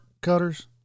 cutters